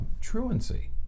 truancy